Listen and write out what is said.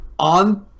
on